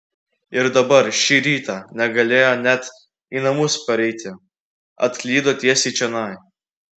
ir dabar šį rytą negalėjo net į namus pareiti atklydo tiesiai čionai